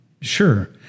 Sure